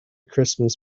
christmas